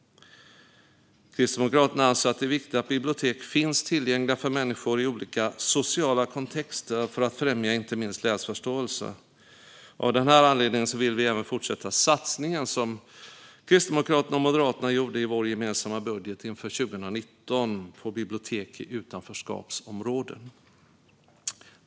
Kristdemokraterna anser att det är viktigt att bibliotek finns tillgängliga för människor i olika sociala kontexter för att främja inte minst läsförståelse. Av denna anledning vill vi även fortsätta satsningen som Kristdemokraterna och Moderaterna gjorde i vår gemensamma budget inför 2019 på bibliotek i utanförskapsområden.